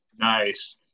Nice